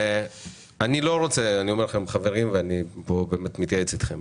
אני אומר לכם, חברים, ואני פה באמת מתייעץ אתכם.